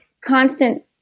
constant